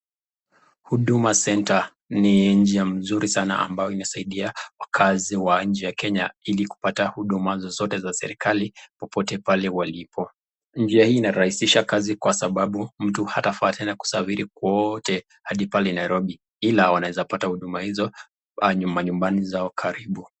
Huduma Center ni njia mzuri sana ambao imesaidia wakazi wa nchi ya Kenya ilikupata huduma zozote za serekali popote pale walipo. Njia hii inarahisisha kazi kwa sababu mtu atafaa tena kusafiri kwote hadi pale Nairobi hila wanaweza kupata huduma hizo hadi manyumbani kwao karibu.